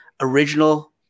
original